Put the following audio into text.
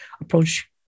approach